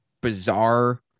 bizarre